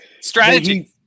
Strategy